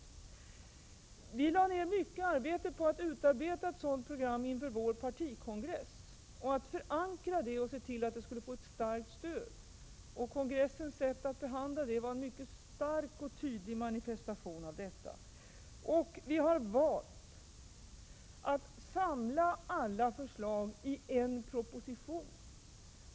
Vi lade ned mycket arbete på att utarbeta ett sådant program inför vår partikongress och för att förankra detta och medverka till att det skulle få ett starkt stöd. Kongressens sätt att behandla detta program var en mycket stark och tydlig manifestation. Vi har valt att samla alla förslag i en enda proposition.